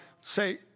say